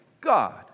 God